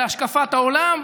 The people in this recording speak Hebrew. להשקפת העולם.